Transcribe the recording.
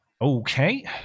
Okay